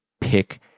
pick